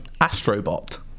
Astrobot